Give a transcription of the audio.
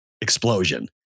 explosion